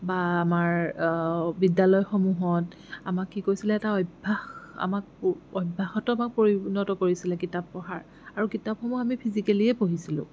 বা আমাৰ বিদ্যালয়সমূহত আমাক কি কৈছিলে এটা অভ্যাস আমাক অভ্যাসত পৰিণত কৰিছিলে কিতাপ পঢ়াৰ আৰু কিতাপসমূহ আমি ফিজিকেলিয়েই পঢ়িছিলোঁ